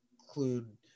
include